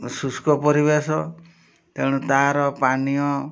ଶୁଷ୍କ ପରିବେଶ ତେଣୁ ତା'ର ପାନୀୟ